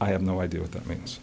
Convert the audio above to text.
i have no idea what that means